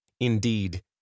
Indeed